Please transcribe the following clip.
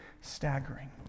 staggering